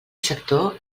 sector